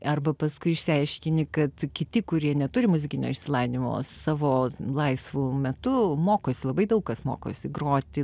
arba paskui išsiaiškini kad kiti kurie neturi muzikinio išsilavinimo savo laisvu metu mokosi labai daug kas mokosi groti